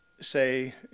say